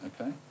okay